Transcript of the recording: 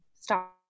Stop